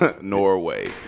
Norway